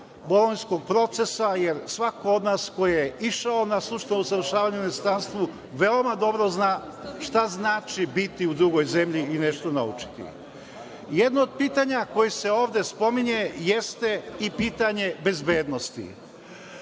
Bolonjskog proseca, jer svako od nas koje išao na stručno usavršavanje u inostranstvo veoma dobro zna šta znači biti u drugoj zemlji i nešto naučiti. Jedno od pitanja koje se ovde spominje jeste i pitanje bezbednosti.